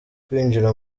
kwinjira